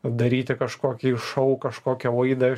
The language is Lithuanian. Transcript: daryti kažkokį šou kažkokią laidą